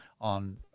on